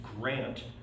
grant